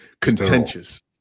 contentious